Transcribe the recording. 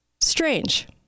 Strange